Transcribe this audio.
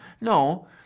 No